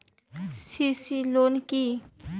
CC loan কি?